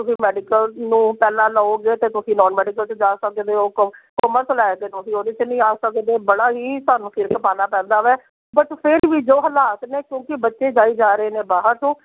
ਕਿਉਂਕਿ ਮੈਡੀਕਲ ਨੂੰ ਪਹਿਲਾਂ ਲਓਗੇ ਅਤੇ ਤੁਸੀਂ ਨੋਨ ਮੈਡੀਕਲ 'ਚ ਜਾ ਸਕਦੇ ਹੋ ਕੌਮ ਕਮਰਸ ਲੈ ਕੇ ਤੁਸੀਂ ਉਹਦੇ 'ਚ ਨਹੀਂ ਆ ਸਕਦੇ ਬੜਾ ਹੀ ਸਾਨੂੰ ਸਿਰ ਖਪਾਉਣਾ ਪੈਂਦਾ ਵੈ ਬਟ ਫਿਰ ਵੀ ਜੋ ਹਾਲਾਤ ਨੇ ਕਿਉਂਕਿ ਬੱਚੇ ਜਾਈ ਜਾ ਰਹੇ ਨੇ ਬਾਹਰ ਨੂੰ